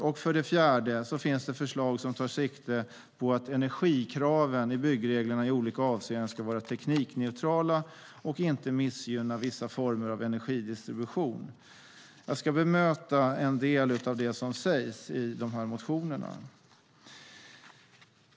Den fjärde frågeställningen handlar om förslag som tar sikte på att energikraven i byggreglerna i olika avseenden ska vara teknikneutrala och inte missgynna vissa former av energidistribution. Jag ska bemöta en del av det som sägs i motionerna.